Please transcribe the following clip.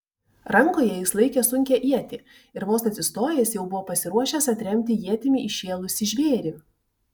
rankoje jis laikė sunkią ietį ir vos atsistojęs jau buvo pasiruošęs atremti ietimi įšėlusį žvėrį